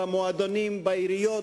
במועדונים ובעיריות,